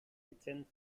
dezent